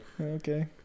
Okay